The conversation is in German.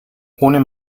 ohne